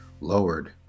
lowered